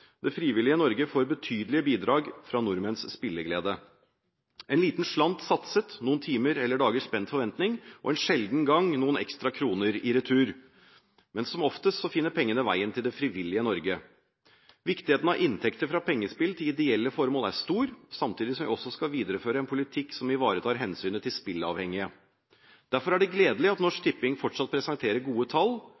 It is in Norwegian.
Det frivillige Norge får betydelige bidrag fra nordmenns spilleglede. En liten slant satset, noen timer eller dagers spent forventing, og en sjelden gang noen ekstra kroner i retur. Men som oftest finner pengene veien til det frivillige Norge. Viktigheten av inntekter fra pengespill til ideelle formål er stor, samtidig som vi også skal videreføre en politikk som ivaretar hensynet til spilleavhengige. Derfor er det gledelig at Norsk